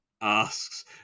asks